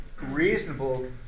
reasonable